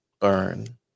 burn